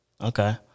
Okay